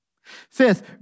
Fifth